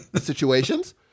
situations